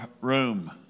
room